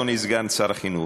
אדוני סגן שר החינוך,